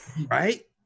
right